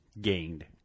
gained